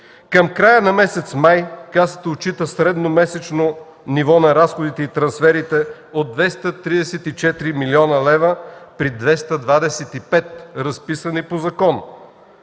Към края на месец май Касата отчита средно месечно ниво на разходи и трансферите от 234 млн. лв. при 225 разписани по закон.